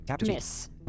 miss